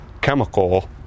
chemical